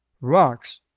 Rocks